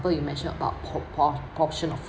you mentioned about po~ po~ potion of